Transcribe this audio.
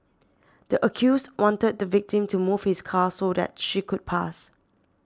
the accused wanted the victim to move his car so that she could pass